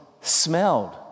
smelled